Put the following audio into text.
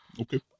Okay